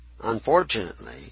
unfortunately